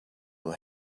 will